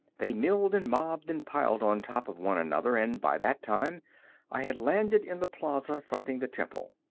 they milled and mobbed and piled on top of one another, and by that time i had landed in the plaza fronting the temple.